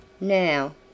Now